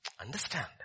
Understand